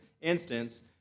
instance